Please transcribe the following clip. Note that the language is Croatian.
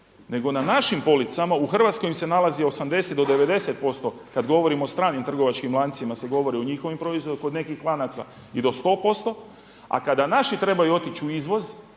Nego na našim policama u Hrvatskoj u kojim se nalazi 80 do 90% kada govorimo o stranim trgovačkim lancima se govori o njihovim proizvodima, kod nekih lanaca i do 100%, a kada naši trebaju otići u izvoz